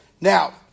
Now